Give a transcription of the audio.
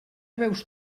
veus